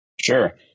Sure